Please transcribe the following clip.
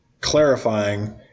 clarifying